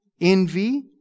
envy